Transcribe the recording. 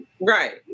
Right